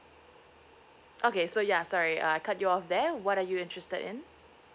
okay so ya sorry uh I cut you off there what are you interested in